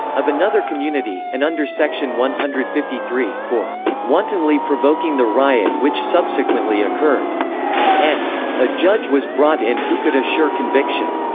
of another community and under section one hundred and fifty three, for wantonly provoking the riot which subsequently occurred and a judge was brought in who could assure conviction.